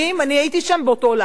אני הייתי שם באותו לילה.